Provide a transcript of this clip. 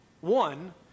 One